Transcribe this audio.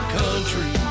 country